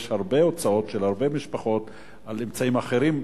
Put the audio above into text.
יש הרבה הוצאות של הרבה משפחות על אמצעים אחרים,